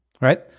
right